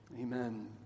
Amen